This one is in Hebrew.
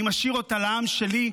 אני משאיר אותה לעם שלי,